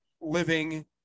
living